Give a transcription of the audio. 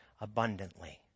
abundantly